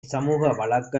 சமூக